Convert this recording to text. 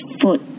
foot